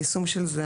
היישום של זה,